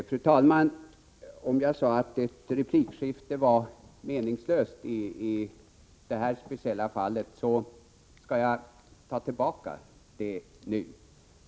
Fru talman! Om jag sade att ett replikskifte var meningslöst i det här speciella fallet, skall jag ta tillbaka det nu.